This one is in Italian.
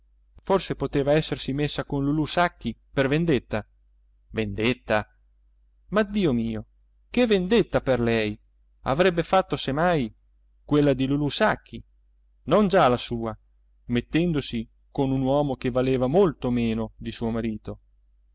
però poteva essersi messa con lulù sacchi per vendetta vendetta ma dio mio che vendetta per lei avrebbe fatto se mai quella di lulù sacchi non già la sua mettendosi con un uomo che valeva molto meno di suo marito